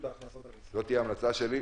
זאת תהיה ההמלצה שלי,